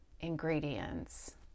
ingredients